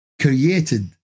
created